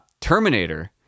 Terminator